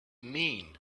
mean